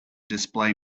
display